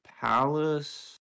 Palace